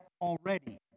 already